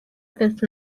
fifth